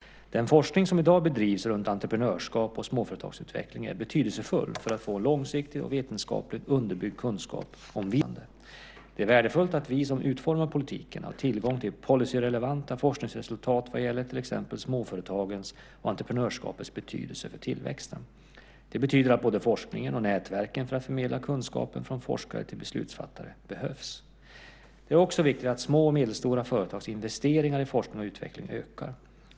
Herr talman! Maria Larsson har frågat mig om regeringen avser att göra förändringar av medelstilldelningen till Forum för småföretagsforskning, FSF, för år 2006. Den forskning som i dag bedrivs runt entreprenörskap och småföretagsutveckling är betydelsefull för att få en långsiktig och vetenskapligt underbyggd kunskap om villkor för entreprenörskap och småföretagande. Det är värdefullt att vi som utformar politiken har tillgång till policyrelevanta forskningsresultat vad gäller till exempel småföretagens och entreprenörskapets betydelse för tillväxten. Det betyder att både forskningen och nätverken för att förmedla kunskapen från forskare till beslutsfattare behövs. Det är också viktigt att små och medelstora företagsinvesteringar i forskning och utveckling ökar.